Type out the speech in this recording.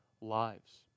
lives